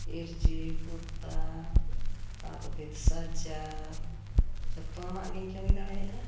ᱤᱨᱪᱤ ᱯᱚᱛᱟᱣ ᱠᱟᱸᱛ ᱵᱷᱤᱛ ᱥᱟᱡᱟᱣ ᱡᱟᱛᱚᱣᱟᱜ ᱜᱤᱧ ᱠᱟᱹᱢᱤ ᱫᱟᱲᱮᱭᱟᱜᱼᱟ